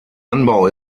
anbau